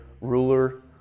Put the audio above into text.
ruler